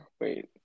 wait